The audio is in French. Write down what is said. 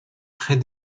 près